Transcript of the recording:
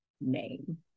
name